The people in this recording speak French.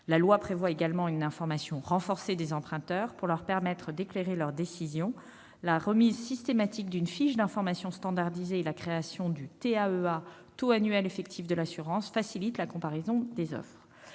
La loi prévoit également une information renforcée des emprunteurs qui leur permette d'éclairer leur décision. La remise systématique d'une fiche standardisée d'information, la FSI, et la création du taux annuel effectif de l'assurance, le TAEA, facilitent la comparaison des offres.